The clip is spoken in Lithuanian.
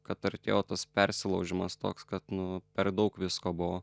kad artėjo tas persilaužimas toks kad nu per daug visko buvo